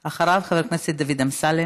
אחריו, חבר הכנסת דוד אמסלם.